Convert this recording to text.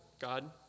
God